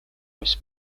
was